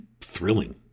thrilling